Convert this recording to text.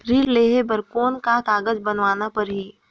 ऋण लेहे बर कौन का कागज बनवाना परही?